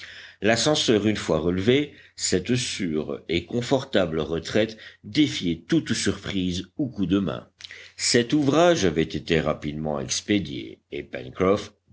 l'ascenseur une fois relevé cette sûre et confortable retraite défiait toute surprise ou coup de main cet ouvrage avait été rapidement expédié et